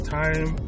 time